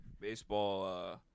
Baseball